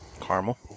Caramel